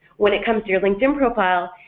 when it comes to your linkedin profile,